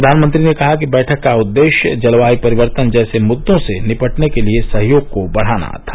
प्रधानमंत्री ने कहा कि बैठक का उद्देश्य जलवायु परिवर्तन जैसे मुद्दों से निपटने के लिए सहयोग को बढ़ाना था